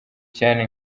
cyane